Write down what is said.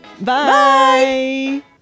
Bye